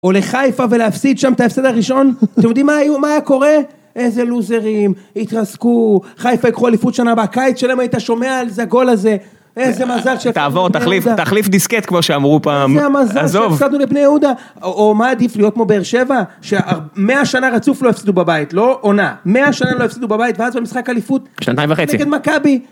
או לחיפה ולהפסיד שם את ההפסד הראשון, אתם יודעים מה היה קורה? איזה לוזרים, התרסקו, חיפה יקחו אליפות שנה הבאה, קיץ שלם היית שומע על זה הגול הזה, איזה מזל ש... תעבור תחליף דיסקט כמו שאמרו פעם, עזוב. זה המזל שהפסדנו לבני יהודה, או מה עדיף להיות כמו באר שבע, שה... מאה שנה רצוף לא הפסידו בבית, לא עונה, מאה שנה לא הפסידו בבית, ואז במשחק אליפות, נגד מכבי.